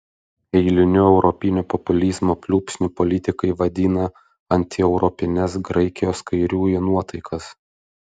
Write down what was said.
eiliniu europinio populizmo pliūpsniu politikai vadina antieuropines graikijos kairiųjų nuotaikas